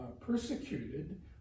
persecuted